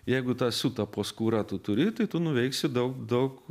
jeigu tą siutą po skūra tu turi tai tu nuveiksi daug daug